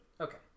Okay